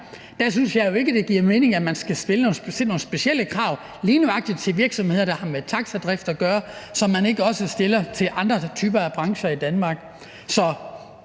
synes jeg jo ikke, det giver mening, at man skal stille nogle specielle krav lige nøjagtig til virksomheder, der har med taxadrift at gøre, som man ikke også stiller til andre typer af brancher i Danmark.